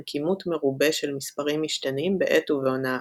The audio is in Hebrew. כימות מרובה של מספר משתנים בעת ובעונה אחת.